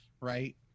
right